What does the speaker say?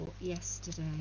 yesterday